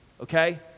Okay